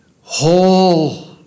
whole